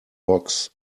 box